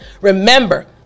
remember